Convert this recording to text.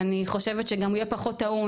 ואני חושבת שהוא גם יהיה פחות טעון.